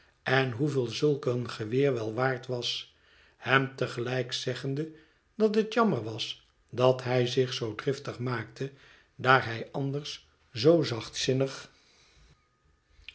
en hoeveel zulk een geweer wel waard was hem te gelijk zeggende dat het jammer was dat hij zich zoo driftig maakte daar hij anders zoo